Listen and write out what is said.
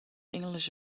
english